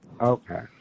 Okay